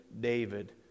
david